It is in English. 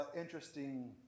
interesting